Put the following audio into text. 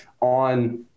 on